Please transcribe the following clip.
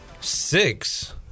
six